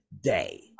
day